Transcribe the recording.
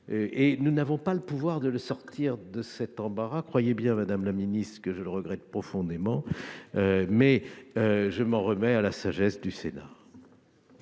Nous n'avons pas le pouvoir de le sortir de cet embarras ; croyez bien, madame la ministre, que je le regrette profondément. Je m'en remets à la sagesse du Sénat.